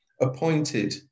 appointed